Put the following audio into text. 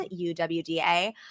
UWDA